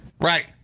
Right